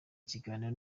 ikiganiro